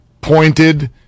pointed